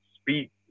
speak